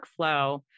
workflow